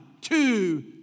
two